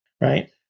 right